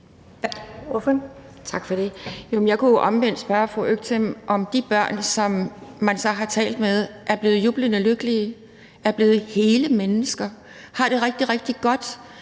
jeg kunne omvendt spørge fru Fatma Øktem, om de børn, som man så har talt med, er blevet jublende lykkelige, er blevet hele mennesker, har det rigtig,